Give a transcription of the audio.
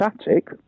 static